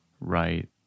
Right